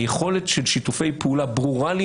היכולת של שיתופי פעולה ברורה לי,